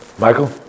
Michael